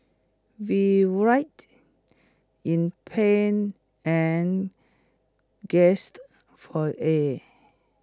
we've writhed in pain and gasped for air